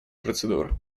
процедур